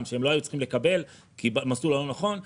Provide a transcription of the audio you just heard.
שהם לא היו צריכים לקבל במסלול הלא נכון.